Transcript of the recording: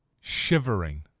shivering